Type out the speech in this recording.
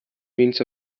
means